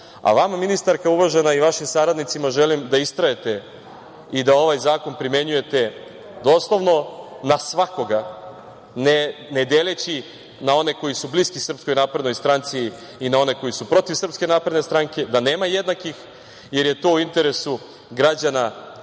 nivou. Vama ministarka uvažena i vašim saradnicima želim da istrajete i da ovaj zakon primenjujete doslovno na svakog, ne deleći na one koji su bliski Srpskoj naprednoj stranci i na one koji su protiv Srpske napredne stranke, da nema jednakih, jer je to u interesu građana Srbije,